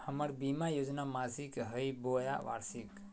हमर बीमा योजना मासिक हई बोया वार्षिक?